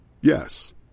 Yes